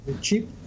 cheap